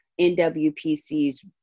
NWPC's